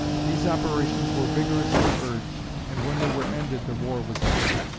these operations were vigorously urged, and when they were ended the war was ended.